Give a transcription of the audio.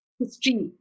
history